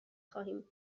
خواهیم